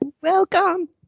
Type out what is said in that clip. Welcome